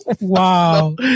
Wow